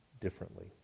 differently